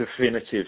definitive